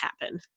happen